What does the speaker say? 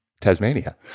Tasmania